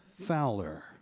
Fowler